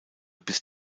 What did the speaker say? bis